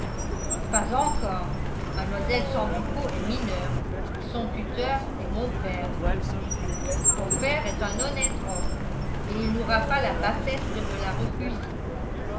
pas encore mlle sambucco est mineure et son tuteur est mon père ton père est un honnête homme et il n'aura pas la bassesse de me la refuser